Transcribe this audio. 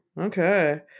Okay